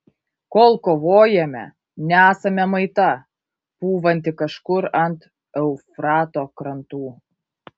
kol kovojame nesame maita pūvanti kažkur ant eufrato krantų